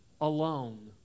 alone